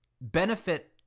benefit